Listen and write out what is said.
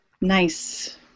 Nice